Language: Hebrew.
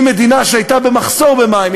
ממדינה שהייתה במחסור במים,